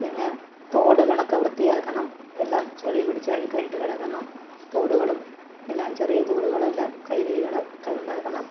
പിന്നെ തോടുകളൊക്കെ വൃത്തിയാക്കണം എല്ലാം ചെളിപിടിച്ച് അഴുക്കായിട്ട് കിടക്കുന്നു തോടുകളും എല്ലാം ചെറിയ തോടുകളും എല്ലാം കൈവരികൾ ഒക്കെ ഉണ്ടാക്കണം